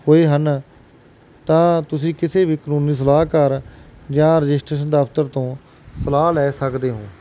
ਹੋਏ ਹਨ ਤਾਂ ਤੁਸੀਂ ਕਿਸੇ ਵੀ ਕਾਨੂੰਨੀ ਸਲਾਹਕਾਰ ਜਾਂ ਰਜਿਸਟਰੇਸ਼ਨ ਦਫ਼ਤਰ ਤੋਂ ਸਲਾਹ ਲੈ ਸਕਦੇ ਹੋ